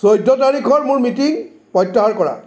চৈধ্য তাৰিখৰ মোৰ মিটিং প্ৰত্যাহাৰ কৰা